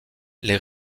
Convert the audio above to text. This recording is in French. les